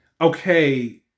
Okay